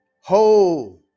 Ho